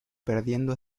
perdiendo